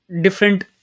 different